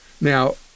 Now